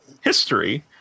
history